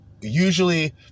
Usually